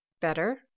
better